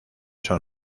son